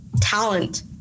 talent